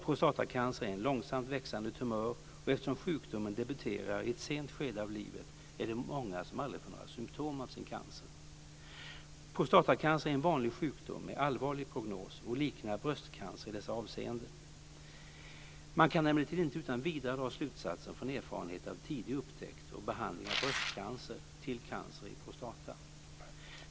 Prostatacancer är en långsamt växande tumör, och eftersom sjukdomen debuterar i ett sent skede av livet är det många som aldrig får några symtom av sin cancer. Prostatacancer är en vanlig sjukdom med allvarlig prognos och liknar bröstcancer i dessa avseenden. Man kan emellertid inte utan vidare dra slutsatser från erfarenheter av tidig upptäckt och behandling av bröstcancer till cancer i prostata.